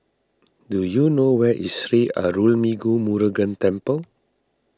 do you know where is Sri Arulmigu Murugan Temple